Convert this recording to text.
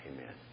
Amen